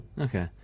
okay